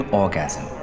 orgasm